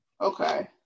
Okay